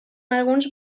alguns